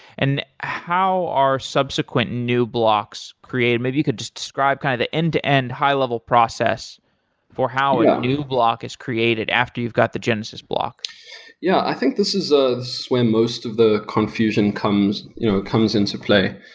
and how are subsequent new blocks created? maybe you could just describe kind of the end-to-end high-level process for how a new block is created after you've got the genesis block yeah. i think this is when most of the confusion comes you know comes into play.